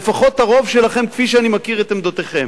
לפחות הרוב שלכם כפי שאני מכיר את עמדותיכם,